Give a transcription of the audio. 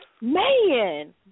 Man